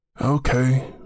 Okay